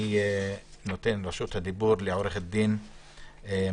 אני נותן את רשות הדיבור לעורכת הדין מור